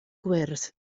gwyrdd